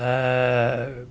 er